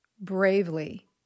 bravely